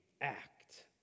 act